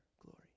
glory